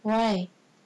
why